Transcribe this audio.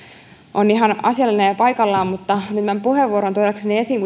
on ihan asiallinen ja ja paikallaan mutta otin tämän puheenvuoron tuodakseni esiin